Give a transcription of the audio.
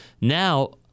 Now-